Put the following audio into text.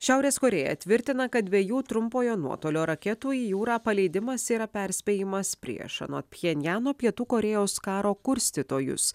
šiaurės korėja tvirtina kad dviejų trumpojo nuotolio raketų į jūrą paleidimas yra perspėjimas prieš anot pchenjano pietų korėjos karo kurstytojus